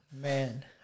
Man